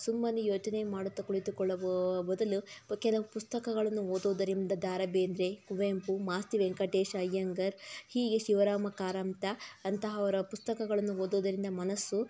ಸುಮ್ಮನೆ ಯೋಚನೆ ಮಾಡುತ್ತಾ ಕುಳಿತುಕೊಳ್ಳುವ ಬದಲು ಪ ಕೆಲವು ಪುಸಕ್ತಗಳನ್ನು ಓದೋದರಿಂದ ದ ರಾ ಬೇಂದ್ರೆ ಕುವೆಂಪು ಮಾಸ್ತಿ ವೆಂಕಟೇಶ ಅಯ್ಯಂಗಾರ್ ಹೀಗೆ ಶಿವರಾಮ ಕಾರಂತ ಅಂತಹವರ ಪುಸ್ತಕಗಳನ್ನು ಓದೋದರಿಂದ ಮನಸ್ಸು